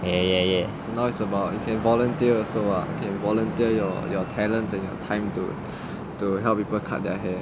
now is about you can volunteer also volunteer your your talents and your time to to help people cut their hair